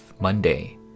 Monday